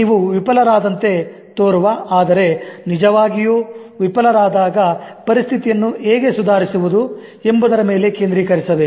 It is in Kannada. ನೀವು ವಿಫಲರಾದಂತೆ ತೋರುವ ಆದರೆ ನಿಜವಾಗಿಯೂ ವಿಫಲರಾಗದ ಪರಿಸ್ಥಿತಿಯನ್ನು ಹೇಗೆ ಸುಧಾರಿಸುವುದು ಎಂಬುದರ ಮೇಲೆ ಕೇಂದ್ರೀಕರಿಸಬೇಕು